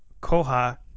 Koha